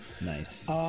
Nice